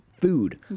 food